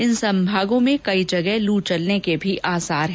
इन संभागों में कई जगह लू चलने के आसार है